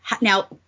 Now